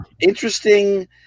interesting